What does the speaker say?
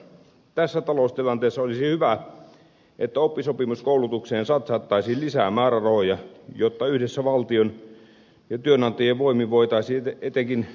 tässä taloustilanteessa olisi hyvä että oppisopimuskoulutukseen satsattaisiin lisää määrärahoja jotta yhdessä valtion ja työnantajien voimin voitaisiin etenkin nuorisotyöttömyyttä vähentää